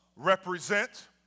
Represent